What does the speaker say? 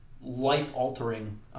life-altering